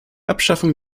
abschaffung